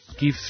give